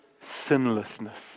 Sinlessness